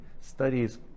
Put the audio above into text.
studies